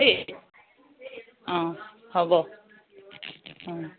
দেই অঁ হ'ব